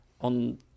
on